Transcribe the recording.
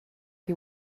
you